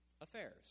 affairs